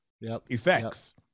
effects